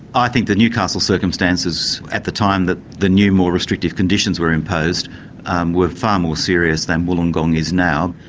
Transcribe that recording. i think the newcastle circumstances at the time that the new more restrictive conditions were imposed um were far more serious than wollongong is now.